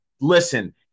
listen